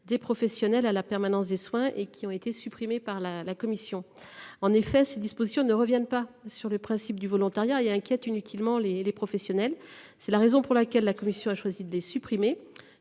des professionnels en matière de permanence des soins, lesquelles ont été supprimées par la commission. En effet, ces dispositions ne reviennent pas sur le principe du volontariat et inquiètent inutilement les professionnels. C'est la raison pour laquelle la commission a choisi de les supprimer,